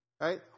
Right